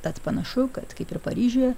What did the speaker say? tad panašu kad kaip ir paryžiuje